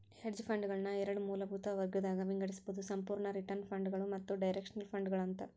hedge ಫಂಡ್ಗಳನ್ನ ಎರಡ್ ಮೂಲಭೂತ ವರ್ಗಗದಾಗ್ ವಿಂಗಡಿಸ್ಬೊದು ಸಂಪೂರ್ಣ ರಿಟರ್ನ್ ಫಂಡ್ಗಳು ಮತ್ತ ಡೈರೆಕ್ಷನಲ್ ಫಂಡ್ಗಳು ಅಂತ